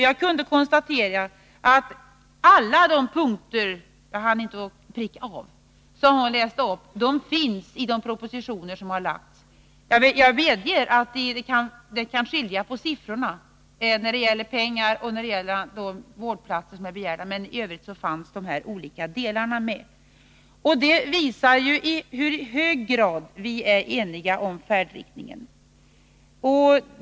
Jag kunde konstatera att alla de punkter som hon läste upp finns i de propositioner som framlagts. Jag medger att det kan skilja på siffrorna när det gäller pengar och antalet vårdplatser, men i övrigt fanns de här delarna med. Det visar i hur hög grad vi är eniga om färdriktningen.